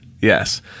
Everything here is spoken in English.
Yes